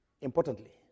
importantly